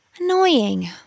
Annoying